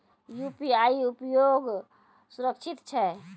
UPI उपयोग सुरक्षित छै?